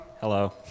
Hello